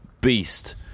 beast